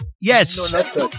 Yes